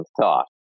thought